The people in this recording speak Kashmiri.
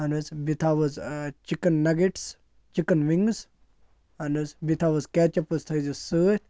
اہن حظ بیٚیہِ تھاو حظ چِکَن نَگیٹٕس چِکَن وِنٛگٕس اہن حظ بیٚیہِ تھاو حظ کیچ اَپ حظ تھٲیِزیس سۭتۍ